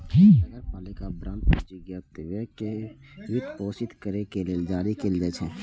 नगरपालिका बांड पूंजीगत व्यय कें वित्तपोषित करै लेल जारी कैल जाइ छै